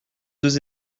deux